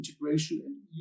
integration